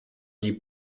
die